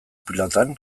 pilotan